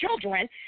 children